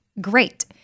great